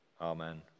Amen